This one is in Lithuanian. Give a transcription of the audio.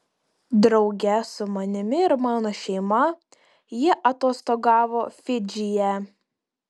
drauge su manimi ir mano šeima ji atostogavo fidžyje